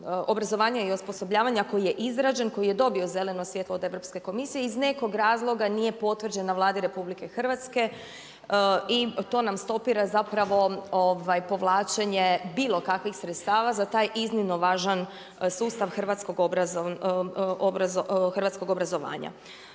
i osposobljavanja koji je izrađen i koji je dobio zeleno sredstvo od Europske komisije iz nekog razloga nije potvrđena Vladi RH i to nam stopira zapravo povlačenje bilo kakvih sredstava za taj iznimno važan sustav hrvatskog obrazovanja.